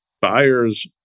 buyers